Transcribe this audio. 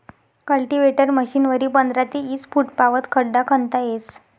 cultivator मशीनवरी पंधरा ते ईस फुटपावत खड्डा खणता येस